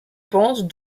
pensent